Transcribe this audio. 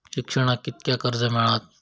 शिक्षणाक कीतक्या कर्ज मिलात?